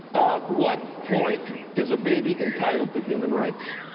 ah what point is a baby entitled to human rights?